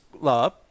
love